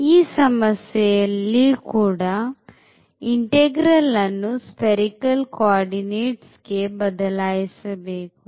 ಈ ಸಮಸ್ಯೆಯಲ್ಲಿ ಕೂಡ ಇಂಟೆಗ್ರಲ್ ಅನ್ನು spherical coordinate ಗೆ ಬದಲಾಯಿಸಬೇಕು